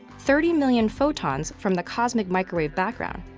thirty million photons from the cosmic microwave background,